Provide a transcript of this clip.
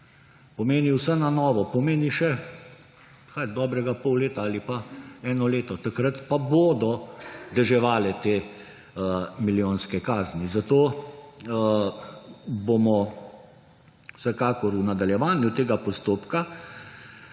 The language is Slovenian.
Pomeni vse na novo, pomeni še – kaj? Dobrega pol leta ali pa eno leto. Takrat pa bodo deževale te milijonske kazni. Zato bomo vsekakor v nadaljevanju tega postopka